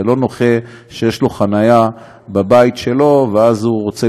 לא נכה שיש לו חניה בבית שלו והוא רוצה